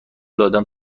دادم